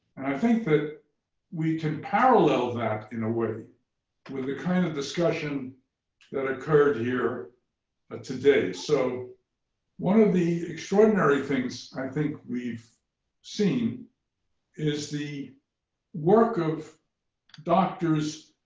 i think that we can parallel that in a way with the kind of discussion that occurred here ah today. so one of the extraordinary things i think we've seen is the work of doctors,